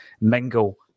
mingle